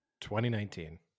2019